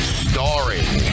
starring